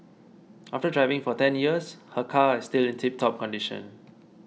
after driving for ten years her car is still in tiptop condition